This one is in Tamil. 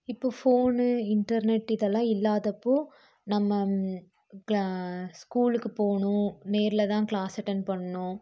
இப்போ ஃபோனு இன்டர்நெட்டு இதெல்லாம் இல்லாதப்போ நம்ம கிள ஸ்கூலுக்கு போவணும் நேரில் தான் கிளாஸ் அட்டென்ட் பண்ணும்